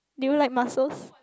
do you like muscles